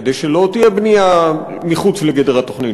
כדי שלא תהיה בנייה מחוץ לגדר התוכנית,